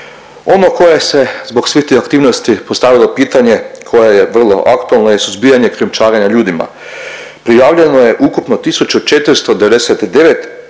Ono koje se zbog tih aktivnosti postavilo pitanje koje je vrlo aktualno je suzbijanje krijumčarenja ljudima. Prijavljeno je ukupno 1.499